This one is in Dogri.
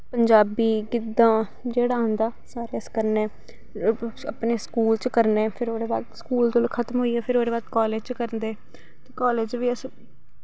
पंजाबी गिद्दा जेह्ड़ा आंदा सारे अस करने अपने स्कूल च करने फिर ओह्दे बाद च स्कूल कोलूं खत्म होइयै फिर ओह्दे बाद च कालेज़ च करदे ते कालेज़ च बी अस